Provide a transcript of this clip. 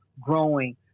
growing